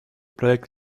проект